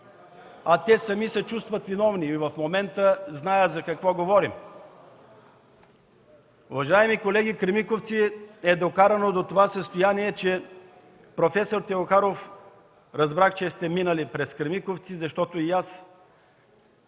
– те сами се чувстват виновни, и в момента знаят за какво говорим. Уважаеми колеги, „Кремиковци” е докарано до състояние, проф. Теохаров, разбрах, че сте минали през „Кремиковци”, защото и аз